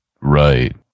Right